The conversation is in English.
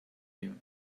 you